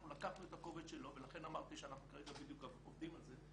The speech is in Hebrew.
אנחנו לקחנו את הקובץ שלו ולכן אמרתי שאנחנו כרגע בדיוק עובדים על זה.